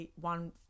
one